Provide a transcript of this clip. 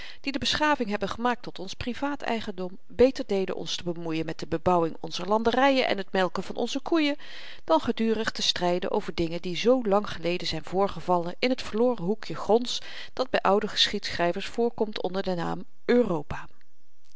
die de beschaving hebben gemaakt tot ons privaat eigendom beter deden ons te bemoeien met de bebouwing onzer landeryen en t melken van onze koeien dan gedurig te stryden over dingen die zoo lang geleden zyn voorgevallen in t verloren hoekje gronds dat by oude geschiedschryvers voorkomt onder den naam europa